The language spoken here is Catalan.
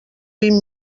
vint